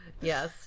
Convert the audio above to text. Yes